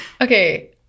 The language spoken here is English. Okay